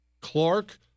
Clark